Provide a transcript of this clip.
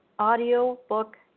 audiobook